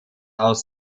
aus